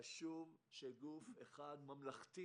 חשוב, שגוף אחד ממלכתי